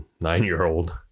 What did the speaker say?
nine-year-old